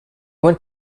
went